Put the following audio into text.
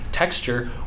texture